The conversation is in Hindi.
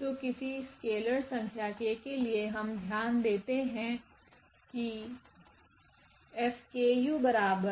तो किसी स्केलर संख्या k के लिए हम ध्यान देते है कि 𝐹𝑘𝑢 𝐹𝑘𝑎